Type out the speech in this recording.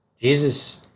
Jesus